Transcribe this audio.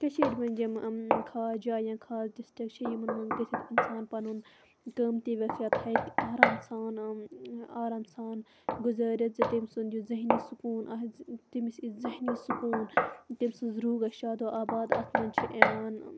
کٔشیٖرِ منٛز یِم خاص جایہِ یا خاص ڈِسٹرک چھِ یِمَن مَنٛز گٔژھِتھ اِنسان پَنُن قۭمتی وقت ہیٚکہٕ آرام سان آرام سان گُزٲرِتھ زِ تٔمۍ سُنٛد یہِ ذہنی سکوٗن آسہِ تٔمِس یی ذہنی سکوٗن تٔمۍ سٕنٛز رُح گَژھِ شادوآباد اتھ مَنٛز چھِ یِوان